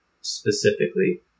specifically